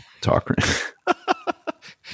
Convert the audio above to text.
talk